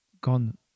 gone